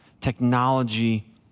technology